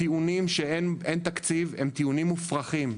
הטיעונים שאין תקציב הם מופרכים.